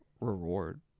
reward